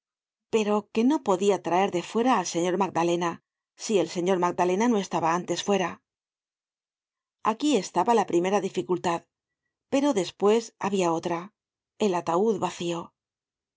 pero no podia traer de fuera al señor magdalena si el señor magdalena no estaba antes fuera aquí estaba la primera dificultad pero despues habia otra el ataud vacío